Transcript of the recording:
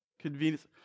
Convenience